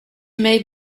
made